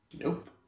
Nope